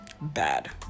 bad